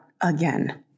again